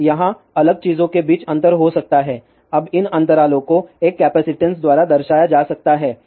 अब यहाँ अलग चीजों के बीच अंतर हो सकता है अब इन अंतरालों को एक कैपसिटंस द्वारा दर्शाया जा सकता है